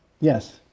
Yes